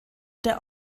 der